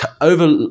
over